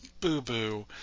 Boo-boo